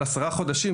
על עשרה חודשים,